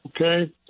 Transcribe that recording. Okay